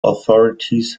authorities